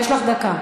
יש לך דקה.